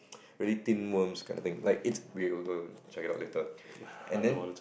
really thin worms kind of thing like it's check it out later and then